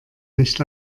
nicht